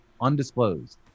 undisclosed